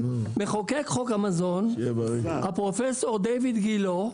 מחוקק חוק המזון הפרופסור דיוויד גילה,